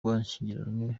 bashyingiranwe